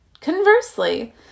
Conversely